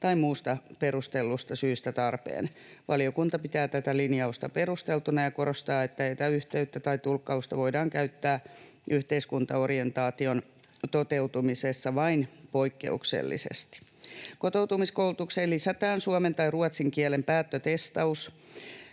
tai muusta perustellusta syystä tarpeen. Valiokunta pitää tätä linjausta perusteltuna ja korostaa, että etäyhteyttä tai tulkkausta voidaan käyttää yhteiskuntaorientaation toteutumisessa vain poikkeuksellisesti. Kotoutumiskoulutukseen lisätään suomen tai ruotsin kielen päättötestaus.